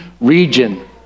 region